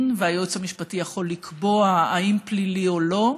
והיועץ המשפטי יכול לקבוע אם פלילי או לא,